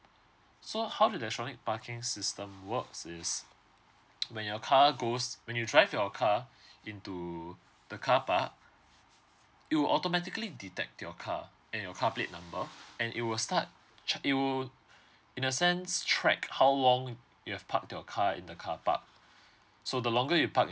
so how electronic parking system works is when your car goes when you drive your car into the carpark it will automatically detect your car and your car plate number and it will start track you in a sense track how long you have parked your car in the carpark so the longer you park